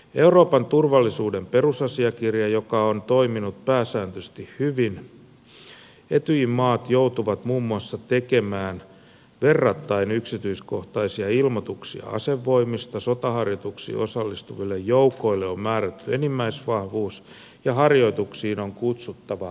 euroopan turvallisuuden perusasiakirjan joka on toiminut pääsääntöisesti hyvin mukaan etyjin maat joutuvat muun muassa tekemään verrattain yksityiskohtaisia ilmoituksia asevoimista sotaharjoituksiin osallistuville joukoille on määrätty enimmäisvahvuus ja harjoituksiin on kutsuttava tarkkailijoita